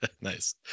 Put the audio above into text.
Nice